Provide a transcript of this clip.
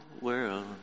world